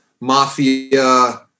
mafia